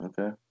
Okay